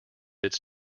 its